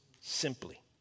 simply